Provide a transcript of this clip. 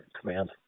command